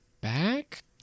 back